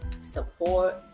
support